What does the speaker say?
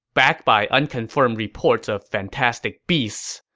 backed by unconfirmed reports of fantastic beasts,